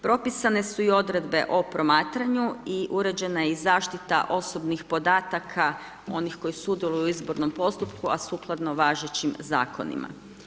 Propisane su i odredbe o promatranju i uređena je i zaštita osobnih podataka onih koji sudjeluju u izbornom postupku a sukladno važećim zakonima.